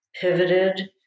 pivoted